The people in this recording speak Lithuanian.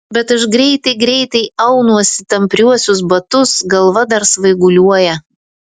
bet aš greitai greitai aunuosi tampriuosius batus galva dar svaiguliuoja